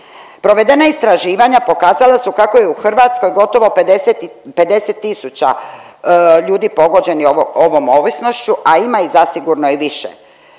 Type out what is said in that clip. Provedena istraživanja pokazala su kako je u Hrvatskoj gotovo 50 000 ljudi pogođeni ovom ovisnošću, a ima ih zasigurno i više